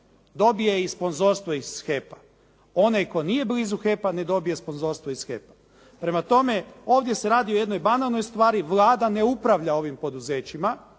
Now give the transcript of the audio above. dobije i sponzorstvo iz HEP-a, onaj tko nije blizu HEP-a ne dobije sponzorstvo iz HEP-a. Prema tome, ovdje se radi o jednoj banalnoj stvari, Vlada ne upravlja svojim poduzećima,